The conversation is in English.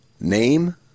name